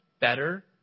better